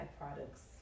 products